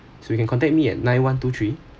so you can contact me at nine one two three